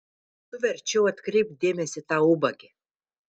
tu verčiau atkreipk dėmesį į tą ubagę